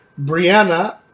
Brianna